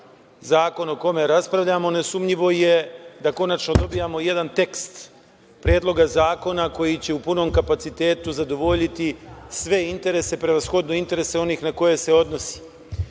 zakon o kome raspravljamo, nesumnjivo je da konačno dobijamo jedan tekst predloga zakona koji će u punom kapacitetu zadovoljiti sve interese, prevashodno interese onih na koje se odnosi. Dakle,